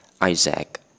Isaac